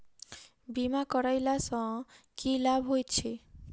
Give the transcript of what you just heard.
बीमा करैला सअ की लाभ होइत छी?